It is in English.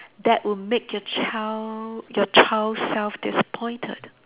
that will make your child your child self disappointed